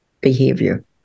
behavior